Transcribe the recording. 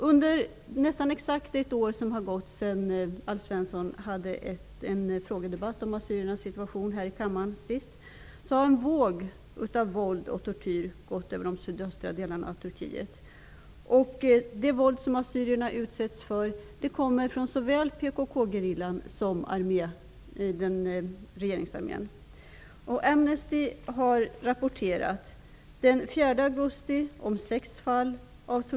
Det har gått nästan exakt ett år sedan Alf Svensson senast förde en frågedebatt här i kammaren om assyriernas situation. Sedan dess har det gått en våg av våld och tortyr över de sydöstra delarna av Turkiet. Det våld som assyrierna utsätts för kommer från såväl PKK-gerillan som regeringsarmén. Amnesty har kommit med flera rapporter som man vill att människor skall reagera på.